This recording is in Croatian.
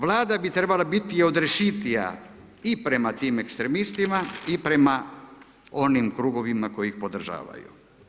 Vlada bi trebala biti odrješitija i prema tim ekstremistima i prema onim krugovima koji ih podržavaju.